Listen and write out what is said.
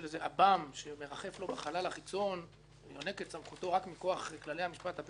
עב"מ שמרחף בחלל החיצון ויונק את סמכותו רק מכוח כללי המשפט הבין-לאומי.